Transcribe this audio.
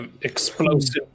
explosive